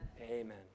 amen